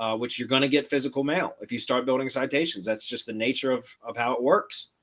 um which you're going to get physical mail if you start building citations. that's just the nature of of how it works.